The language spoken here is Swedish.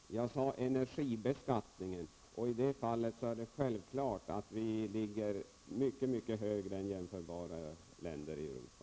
Herr talman! Jag sade energibeskattningen. I det fallet är det uppenbart att vi ligger mycket högre än jämförbara länder i Europa.